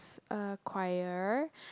uh choir